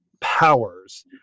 powers